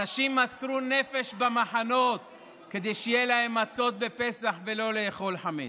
אנשים מסרו נפש במחנות כדי שיהיו להם מצות בפסח ולא לאכול חמץ,